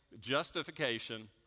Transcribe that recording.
Justification